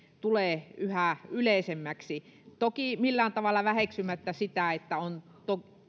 tulee yhä yleisemmäksi toki millään tavalla väheksymättä sitä että on